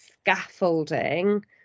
scaffolding